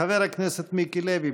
חבר הכנסת מיקי לוי,